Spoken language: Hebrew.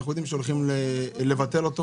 אנחנו יודעים שהולכים לבטל אותו.